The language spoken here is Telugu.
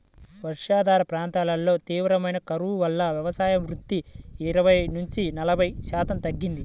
వర్షాధార ప్రాంతాల్లో తీవ్రమైన కరువు వల్ల వ్యవసాయోత్పత్తి ఇరవై నుంచి నలభై శాతం తగ్గింది